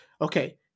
Okay